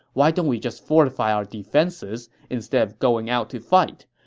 why don't we just fortify our defenses instead of going out to fight.